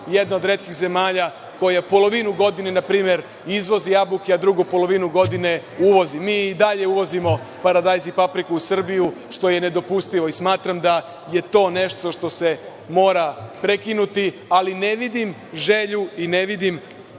jedna od retkih zemalja koja polovinu godine, na primer, izvozi jabuke, a drugu polovinu godine uvozi. Mi i dalje uvozimo paradajz i papriku u Srbiju, što je nedopustivo i smatram da je to nešto što se mora prekinuti, ali ne vidim želju i ne vidim